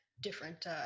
different